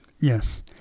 Yes